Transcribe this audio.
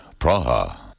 Praha